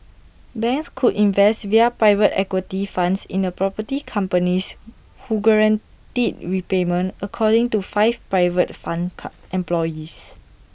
banks could invest via private equity funds in property companies who guaranteed repayment according to five private fund employees